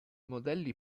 modelli